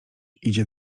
idzie